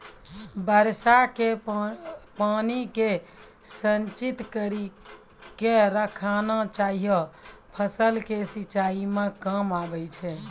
वर्षा के पानी के संचित कड़ी के रखना चाहियौ फ़सल के सिंचाई मे काम आबै छै?